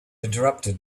interrupted